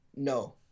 No